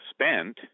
spent